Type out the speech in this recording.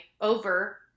over